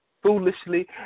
foolishly